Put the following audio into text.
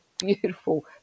beautiful